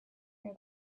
near